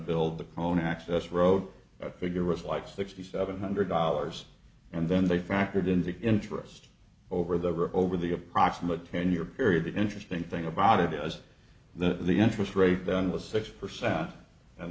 build the pony access road that figure was like sixty seven hundred dollars and then they factored in the interest over the river over the approximate ten year period the interesting thing about it as that the interest rate then was six percent and